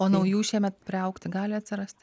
o naujų šiemet priaugti gali atsirasti